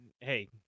hey